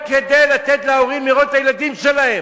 רק כדי לתת להורים לראות את הילדים שלהם.